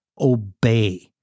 obey